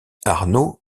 arno